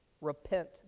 Repent